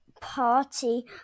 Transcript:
party